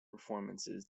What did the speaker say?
performances